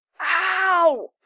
Ow